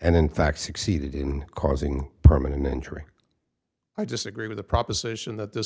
and in fact succeeded in causing permanent injury i just agree with the proposition that this